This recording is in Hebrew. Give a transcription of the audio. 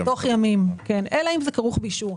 תוך ימים, כן, אלא אם זה כרוך באישור.